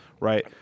right